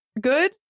good